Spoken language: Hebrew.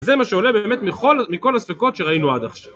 זה מה שעולה באמת מכל הספקות שראינו עד עכשיו.